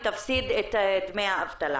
האם תפסיד את דמי האבטלה?